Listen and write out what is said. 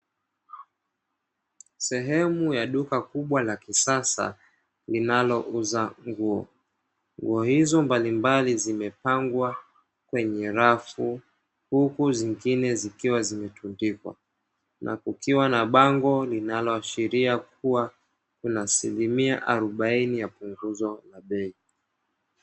Sehemu ya duka kubwa la kisasa linalouza nguo. Nguo hizo mbalimbali zimepangwa kwenye rafu huku zingine zikiwa zimetundikwa. Na kukiwa na bango linaloashiria kuwa kuna asilimia harobaini ya punguzo la bei.